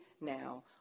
now